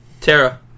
Tara